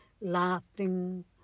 laughing